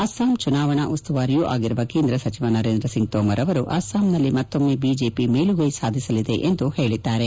ಅಸ್ಸಾಂ ಚುನಾವಣಾ ಉಸ್ತುವಾರಿಯೂ ಆಗಿರುವ ಕೇಂದ್ರ ಸಚಿವ ನರೇಂದ್ರ ಸಿಂಗ್ ತೋಮರ್ ಅವರು ಅಸ್ಸಾಂನಲ್ಲಿ ಮತ್ತೊಮ್ನೆ ಬಿಜೆಪಿ ಮೇಲುಗ್ನೆ ಸಾಧಿಸಲಿದೆ ಎಂದು ಹೇಳಿದ್ದಾರೆ